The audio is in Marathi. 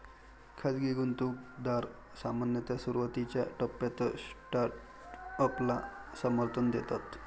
खाजगी गुंतवणूकदार सामान्यतः सुरुवातीच्या टप्प्यात स्टार्टअपला समर्थन देतात